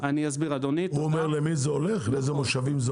הוא אומר לאיזה מושב זה הולך?